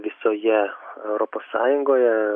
visoje europos sąjungoje